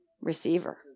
Receiver